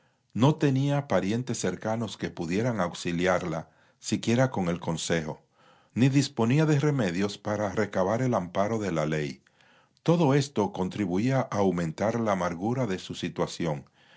no tenía parientes cercanos que pudieran auxiliarla siquiera con el consejo ni disponía de medios para recabar el amparo de la ley todo esto contribuía a aumentar la amargura de su situación